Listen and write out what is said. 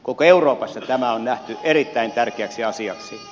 koko euroopassa tämä on nähty erittäin tärkeäksi asiaksi